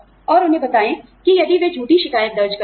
और उन्हें बताएं कि यदि वे झूठी शिकायत दर्ज करते हैं